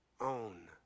Own